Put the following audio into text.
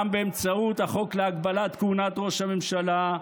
גם באמצעות החוק להגבלת כהונת ראש הממשלה,